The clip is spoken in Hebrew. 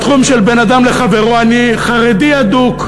בתחום של בין אדם לחברו אני חרדי אדוק,